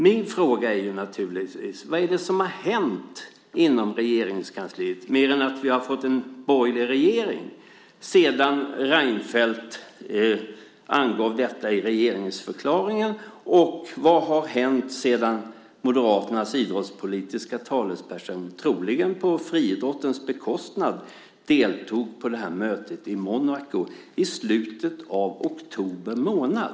Min fråga är naturligtvis: Vad är det som har hänt inom Regeringskansliet, mer än att vi har fått en borgerlig regering, sedan Reinfeldt angav detta i regeringsförklaringen? Vad har hänt sedan Moderaternas idrottspolitiske talesperson, troligen på friidrottens bekostnad, deltog på mötet i Monaco i slutet av oktober månad?